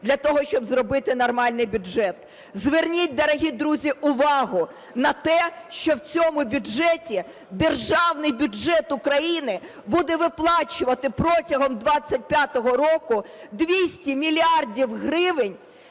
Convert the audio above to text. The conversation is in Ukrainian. для того, щоб зробити нормальний бюджет. Зверніть, дорогі друзі, увагу на те, що в цьому бюджеті державний бюджет України буде виплачувати протягом 2025 року 200 мільярдів гривень